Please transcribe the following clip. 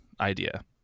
idea